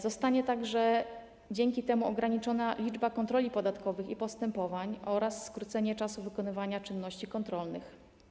Zostanie także dzięki temu ograniczona liczba kontroli podatkowych i postępowań oraz skróci się czas wykonywania czynności kontrolnych.